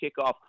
Kickoff